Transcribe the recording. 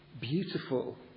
beautiful